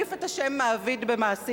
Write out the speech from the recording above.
להחליף את השם "מעביד" ב"מעסיק"?